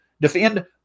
defend